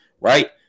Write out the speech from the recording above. right